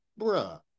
bruh